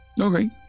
okay